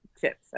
chips